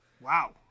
Wow